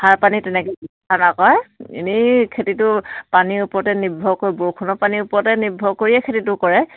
সাৰ পানী তেনেকৈ এনেই খেতিটো পানীৰ ওপৰতে নিৰ্ভৰ কৰি বৰষুণৰ পানীৰ ওপৰতে নিৰ্ভৰ কৰিয়ে খেতিটো কৰে